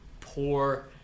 poor